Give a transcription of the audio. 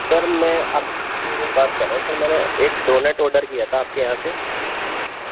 سر میں اب بات کر رہا ہوں سر میں نے ایک ڈونٹ آڈر کیا تھا آپ کے یہاں سے